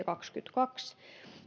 kaksikymmentäkaksi